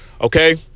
okay